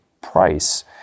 price